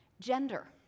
Gender